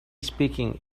speaking